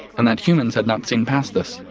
and that humans had not seen past this.